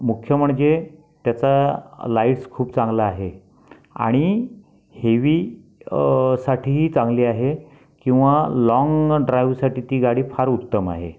मुख्य म्हणजे त्याचा लाईटस खूप चांगला आहे आणि हेवी साठीही चांगली आहे किंवा लॉन्ग ड्राईव्हसाठी ती गाडी फार उत्तम आहे